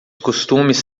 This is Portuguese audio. costumes